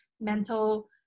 mental